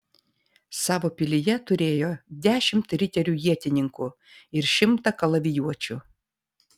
savo pilyje turėjo dešimt riterių ietininkų ir šimtą kalavijuočių